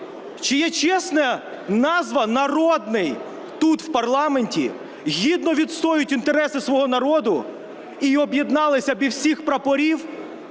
чия чесна назва "народний", тут, у парламенті, гідно відстоюють інтереси свого народу і об'єдналися без всіх прапорів,